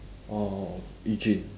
orh Yu Jun